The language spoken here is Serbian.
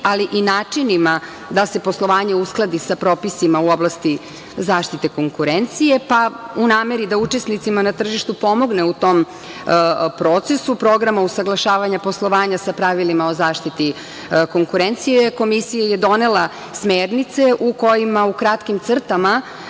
ali i načinima da se poslovanje uskladi sa propisima u oblasti zaštite konkurencije, pa u nameri da učesnicima na tržištu pomogne u tom procesu programa usaglašavanja poslovanja sa pravilima o zaštiti konkurencije Komisija je donela smernice u kojima u kratkim crtama